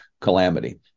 calamity